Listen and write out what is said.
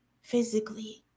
physically